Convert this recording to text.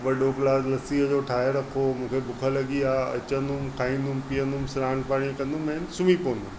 वॾो ग्लास लस्सीअ जो ठाहे रखो मूंखे बुखु लॻी आहे अचंदुमि खाईंदुमि पियंदुमि सनानु पाणी कंदुमि ऐं सुम्हीं पवंदुमि